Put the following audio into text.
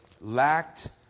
lacked